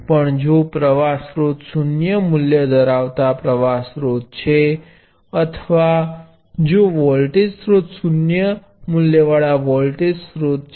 પણ જો પ્રવાહ સ્ત્રોત શૂન્ય મૂલ્ય ધરાવતા પ્ર્વાહ સ્રોત છે અથવા જો વોલ્ટેજ સ્ત્રોત શૂન્ય મૂલ્યવાળા વોલ્ટેજ સ્ત્રોત છે